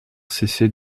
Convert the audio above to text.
cesser